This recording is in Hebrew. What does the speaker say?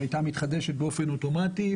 שהייתה מתחדשת באופן אוטומטי,